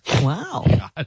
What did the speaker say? Wow